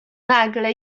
nagle